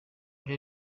ibyo